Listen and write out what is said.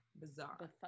Bizarre